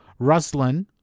Ruslan